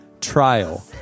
trial